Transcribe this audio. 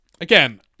Again